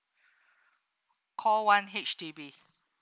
call one H_D_B